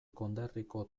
konderriko